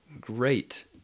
great